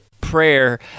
prayer